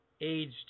aged